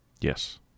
Yes